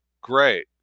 great